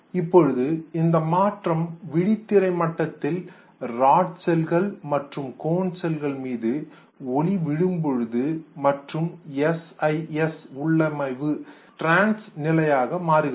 இப்பொழுது இந்த மாற்றம் விழித்திரை மட்டத்தில் ராடு செல்கள் மற்றும் கோன் செல்கள் மீது ஒளி விழும்போது மற்றும் எஸ்ஐஎஸ் உள்ளமைவு டிரான்ஸ் நிலையாக மாறுகிறது